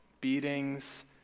beatings